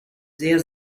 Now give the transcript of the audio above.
sehr